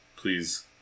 please